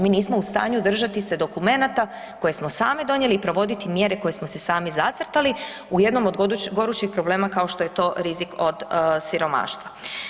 Mi nismo u stanju držati se dokumenata koje smo sami donijeli i provoditi mjere koje smo si sami zacrtali u jednom od gorućih problema kao što je to rizik od siromaštva.